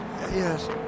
yes